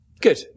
Good